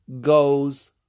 goes